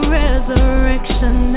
resurrection